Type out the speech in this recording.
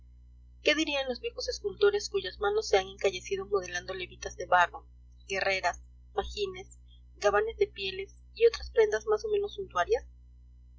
qué dirían los viejos escultores cuyas manos se han encallecido modelando levitas de barro guerreras fajines gabanes de pieles y otras prendas más o menos suntuarias